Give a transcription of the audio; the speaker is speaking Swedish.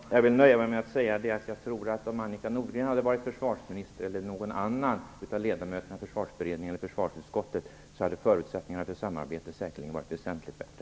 Fru talman! Jag vill nöja mig med att säga att jag tror att om Annika Nordgren eller någon annan av ledamöterna i Försvarsberedningen eller försvarsutskottet hade varit försvarsminister, hade förutsättningarna för samarbete säkerligen varit väsentligt bättre.